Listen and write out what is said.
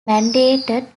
mandated